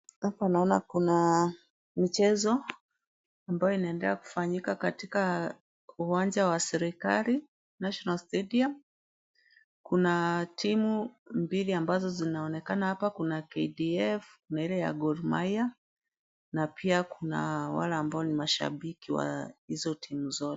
Hapa naona kuna mchezo, ambao unaendelea kufanyika katika uwanja wa serikali, national stadium . Kuna timu mbili ambazo zinaonekana hapa, kuna KDF na ile ya Gor Mahia, na pia kuna wale ambao ni mashabiki wa izo timu zote.